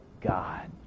God